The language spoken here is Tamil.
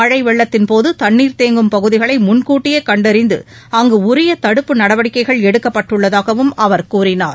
மழை வெள்ளத்தின்போது தண்ணீர் தேங்கும் பகுதிகளை முன்கூட்டியே கண்டறிந்து அங்கு உரிய தடுப்பு நடவடிக்கைகள் எடுக்கப்பட்டுள்ளதாகவும் அவா் கூறினார்